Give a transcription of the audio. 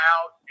Out